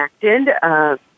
connected